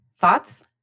Thoughts